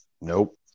Nope